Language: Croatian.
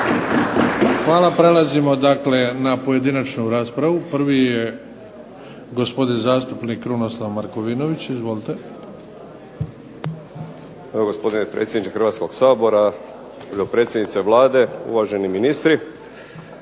Hvala. Prelazimo dakle na pojedinačnu raspravu. Prvi je gospodin zastupnik Krunoslav Markovinović. Izvolite. **Markovinović, Krunoslav (HDZ)** Evo gospodine predsjedniče Hrvatskog sabora, predsjednice Vlade, uvaženi ministri.